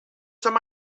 some